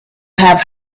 have